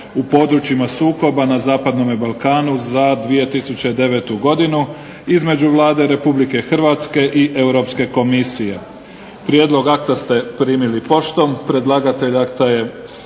u područjima sukoba na zapadnom Balkanu za 2009. godinu između Vlade Republike Hrvatske i Europske Komisije. Molim uključimo se i glasujmo